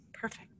perfect